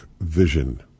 vision